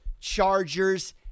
Chargers